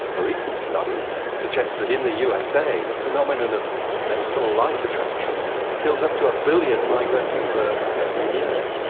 a recent study suggests that in the usa, the phenomenon of fatal light attraction kills up to a billion migrating birds every year.